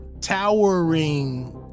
towering